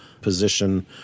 position –